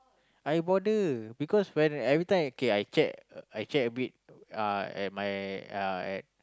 I bother because when every time okay I check I check a bit uh at my yeah at